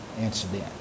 incident